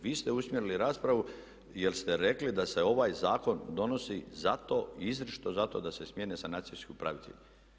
Vi ste usmjerili raspravu jer ste rekli da se ovaj zakon donosi zato i izričito zato da se smjene sanacijski upravitelji.